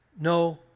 No